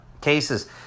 cases